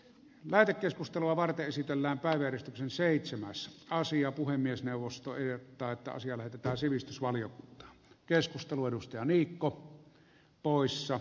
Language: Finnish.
lähetekeskustelua varten sallittiin päiväjärjestyksen seitsemässä asia puhemiesneuvosto yöpakkasia näytetään sivistysvaliokunta keskustelu edustaja veikko poissa